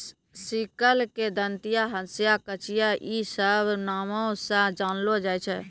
sickle के दंतिया, हंसिया, कचिया इ सभ नामो से जानलो जाय छै